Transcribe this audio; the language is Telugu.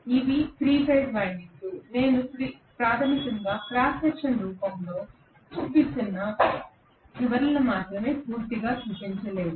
ఇవి 3 ఫేజ్ వైండింగ్లు నేను ప్రాథమికంగా క్రాస్ సెక్షన్ రూపంలో చూపిస్తున్న చివరలను మాత్రమే పూర్తిగా చూపించలేదు